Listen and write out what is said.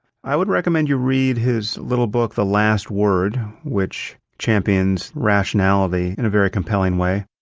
i would recommend you read his little book, the last word, which champions rationality in a very compelling way.